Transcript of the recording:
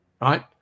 right